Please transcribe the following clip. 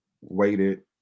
waited